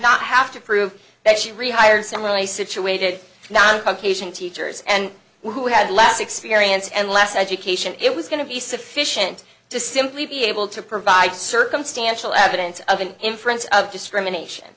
not have to prove that she rehired similarly situated not occasion teachers and who had less experience and less education it was going to be sufficient to simply be able to provide circumstantial evidence of an inference of discrimination